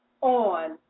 on